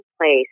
place